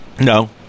No